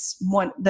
one